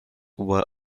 were